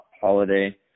holiday